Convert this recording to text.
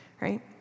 Right